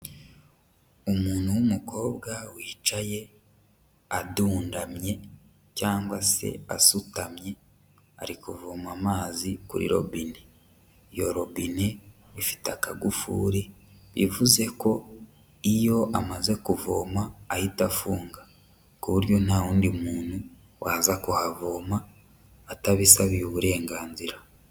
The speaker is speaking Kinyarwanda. Umuntu w'umukobwa wicaye adundamye, cyangwa se asutamye ari kuvoma amazi kuri robine. Iyo robine ifite akagufuri bivuze ko iyo amaze kuvoma ahita afunga ku buryo nta wundi muntu waza kuhavoma atabisabiye uburenganzira.